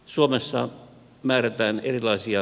suomessa määrätään erilaisia